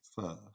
first